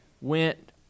went